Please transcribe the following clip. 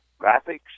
graphics